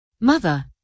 Mother